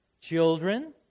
children